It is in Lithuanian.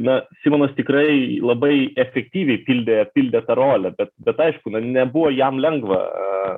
na simonas tikrai labai efektyviai pildė pildė tą rolę bet bet aišku na nebuvo jam lengva